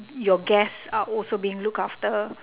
your guests are also being looked after